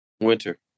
Winter